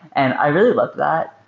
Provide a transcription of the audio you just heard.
and i really love that.